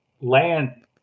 land